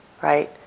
Right